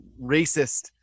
racist